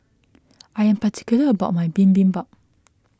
I am particular about my Bibimbap